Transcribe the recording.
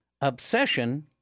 obsession